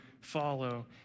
follow